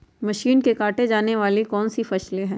Machine से काटे जाने वाली कौन सी फसल है?